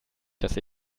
dass